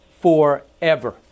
forever